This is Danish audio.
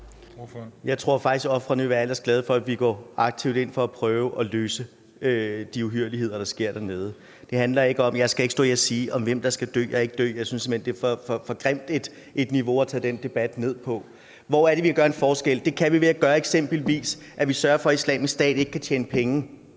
Jeg tror faktisk, at ofrene vil være glade for, at vi går aktivt ind for at prøve at løse de uhyrligheder, der sker dernede. Jeg skal ikke stå her og sige, hvem der skal dø og ikke dø. Jeg synes simpelt hen, det er for grimt et niveau at tage den debat ned på. Hvor er det, vi kan gøre en forskel? Det kan vi eksempelvis ved at sørge for, at Islamisk Stat ikke kan tjene penge.